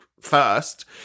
first